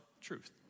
truth